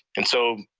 and so